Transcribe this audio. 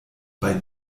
bei